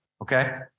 okay